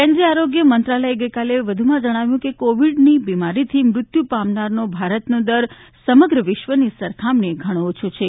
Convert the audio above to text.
કેન્દ્રીય આરોગ્ય મંત્રાલયે ગઈકાલે વધુ જણાવ્યું છે કે કોવીડની બિમારીથી મૃત્યુ પામનારનો ભારતનો દર સમગ્ર વિશ્વની સરખામણીએ ઘણો ઓછો છે